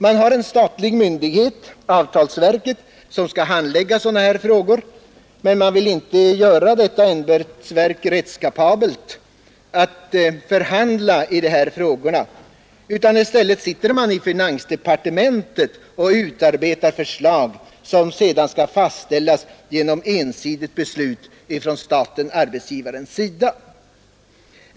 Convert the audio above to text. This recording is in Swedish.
Man har en statlig myndighet, avtalsverket, som skall handlägga sådana här frågor, men man vill inte göra detta ämbetsverk rättskapabelt att förhandla i de här frågorna. I stället sitter man i finansdepartementet och utarbetar förslag som sedan skall fastställas genom ensidigt beslut från staten-arbetsgivarens sida.